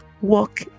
walk